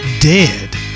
Dead